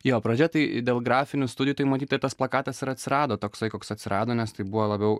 jo pradžia tai dėl grafinių studijų tai matyt tas plakatas ir atsirado toksai koks atsirado nes tai buvo labiau